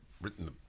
written